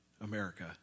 America